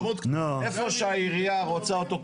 איפה שהעירייה רוצה פיתוח.